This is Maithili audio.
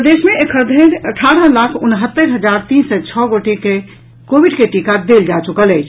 प्रदेश मे एखन धरि अठारह लाख उनहत्तरि हजार तीन सय छओ गोटे के कोविड के टीका देल जा चुकल अछि